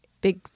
big